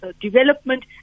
development